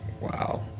wow